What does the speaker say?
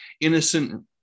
innocent